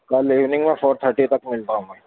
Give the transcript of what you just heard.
کل ایوننگ میں four thirty تک مل پاؤں گا